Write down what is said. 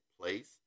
place